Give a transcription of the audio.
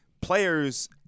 players